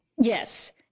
yes